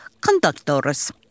conductors